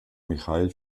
michail